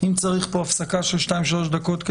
אם צריך פה הפסקה של שתיים שלוש דקות,